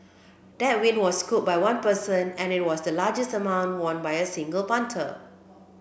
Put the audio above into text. that win was scooped by one person and it was the largest amount won by a single punter